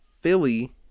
Philly